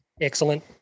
Excellent